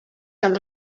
seal